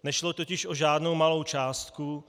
Nešlo totiž o žádnou malou částku.